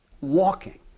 walking